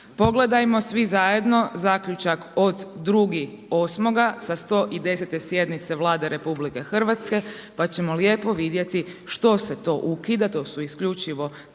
pogledajmo svi zajedno zaključak od 2.8. sa 110 sjednice Vlade RH pa ćemo lijepo vidjeti što se to ukida, to su isključivo dva